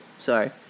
Sorry